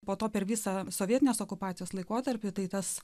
po to per visą sovietinės okupacijos laikotarpį tai tas